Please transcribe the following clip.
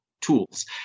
tools